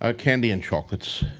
ah candy and chocolates.